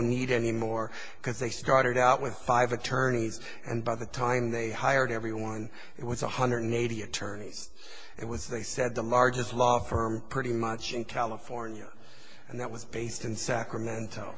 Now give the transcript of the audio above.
need anymore because they started out with five attorneys and by the time they hired everyone it was one hundred eighty attorneys it was they said the largest law firm pretty much in california and that was based in sacramento